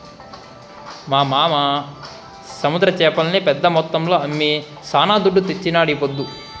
మా మావ సముద్ర చేపల్ని పెద్ద మొత్తంలో అమ్మి శానా దుడ్డు తెచ్చినాడీపొద్దు